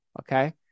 okay